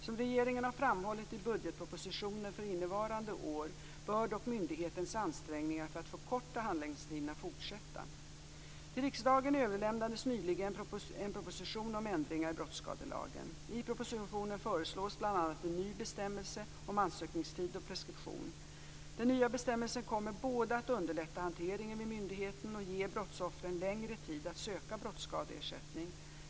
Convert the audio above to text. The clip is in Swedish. Som regeringen har framhållit i budgetpropositionen för innevarande år bör dock myndighetens ansträngningar för att förkorta handläggningstiderna fortsätta. propositionen föreslås bl.a. en ny bestämmelse om ansökningstid och preskription. Den nya bestämmelsen kommer både att underlätta hanteringen vid myndigheten och ge brottsoffren längre tid att söka brottsskadeersättning.